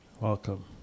Welcome